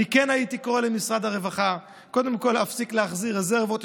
אני כן הייתי קורא למשרד הרווחה קודם כול להפסיק להחזיר רזרבות.